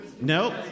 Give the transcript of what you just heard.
Nope